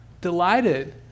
delighted